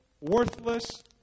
worthless